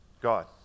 God